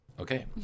Okay